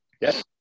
Yes